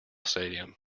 stadium